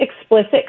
explicit